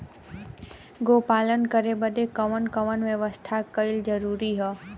गोपालन करे बदे कवन कवन व्यवस्था कइल जरूरी ह?